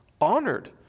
honored